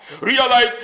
Realize